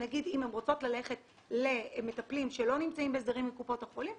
נגיד אם הן רוצות ללכת למטפלים שלא נמצאים בהסדרים עם קופות החולים,